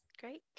Great